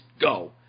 go